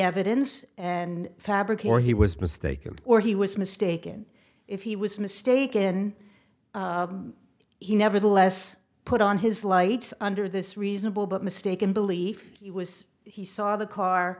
evidence and fabric or he was mistaken or he was mistaken if he was mistaken he nevertheless put on his lights under this reasonable but mistaken belief he was he saw the car